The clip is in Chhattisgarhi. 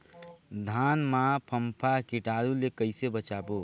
धान मां फम्फा कीटाणु ले कइसे बचाबो?